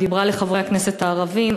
והיא דיברה אל חברי הכנסת הערבים,